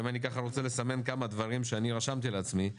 אם אני רוצה לסמן כמה דברים שאני רשמתי לעצמי,